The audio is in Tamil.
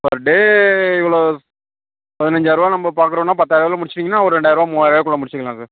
பர் டே இவ்வளோ பதினஞ்சாயிரூவா நம்ம பார்க்குறோன்னா பத்தாயிரரூவாவில முடிச்சிவிட்டீங்கன்னா ஒரு ரெண்டாயிர ரூவா மூவாயிர ரூவா குள்ளே முடிச்சிக்கலாம் சார்